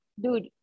dude